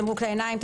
"תמרוק לעיניים",